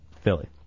Philly